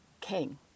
king